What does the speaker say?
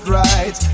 right